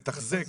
לתחזק,